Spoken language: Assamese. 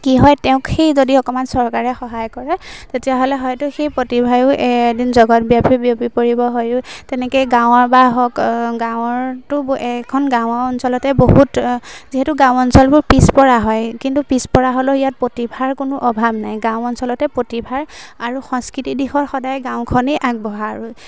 কি হয় তেওঁক সেই যদি অকমান চৰকাৰে সহায় কৰে তেতিয়াহ'লে হয়তো সেই প্ৰতিভাও এদিন জগত ব্যাপি বিয়পি পৰিব হয়ো তেনেকে গাঁৱৰ বা হওক গাঁৱৰটো এখন গাঁৱৰ অঞ্চলতে বহুত যিহেতু গাঁও অঞ্চলবোৰ পিছপৰা হয় কিন্তু পিছপৰা হ'লেও ইয়াত প্ৰতিভাৰ কোনো অভাৱ নাই গাঁও অঞ্চলতে প্ৰতিভাৰ আৰু সংস্কৃতি দিশত সদায় গাঁওখনেই আগবঢ়া আৰু